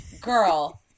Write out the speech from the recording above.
girl